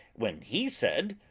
when he said,